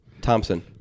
Thompson